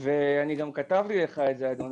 גם כתבתי לך את הדברים אדוני.